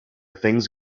things